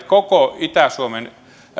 koko itä suomen